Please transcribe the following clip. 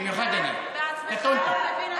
במיוחד אני, קטונתי.